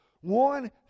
One